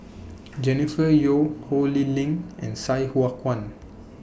Jennifer Yeo Ho Lee Ling and Sai Hua Kuan